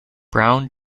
brown